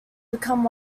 become